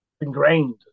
ingrained